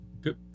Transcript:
Good